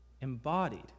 embodied